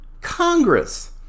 Congress